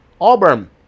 Auburn